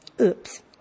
Oops